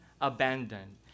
abandoned